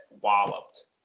walloped